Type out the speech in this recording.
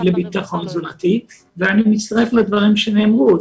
לביטחון תזונתי ואני מצטרף לדברים שנאמרו.